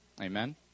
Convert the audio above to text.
Amen